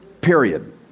Period